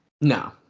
No